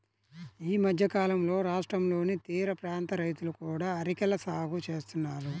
ఈ మధ్యకాలంలో రాష్ట్రంలోని తీరప్రాంత రైతులు కూడా అరెకల సాగు చేస్తున్నారు